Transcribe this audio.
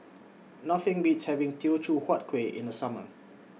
Nothing Beats having Teochew Huat Kueh in The Summer